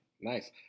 nice